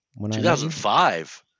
2005